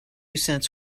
cents